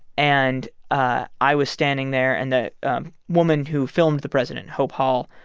and ah i was standing there, and the um woman who filmed the president, hope hall,